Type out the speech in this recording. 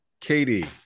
katie